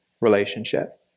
relationship